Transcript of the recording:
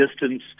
distance